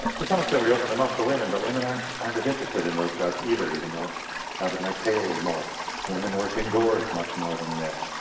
to some extent we open them up for women but women aren't aren't as interested in those jobs either even though they might pay a little more women work indoors much more than men,